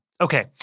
Okay